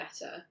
better